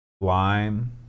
Lime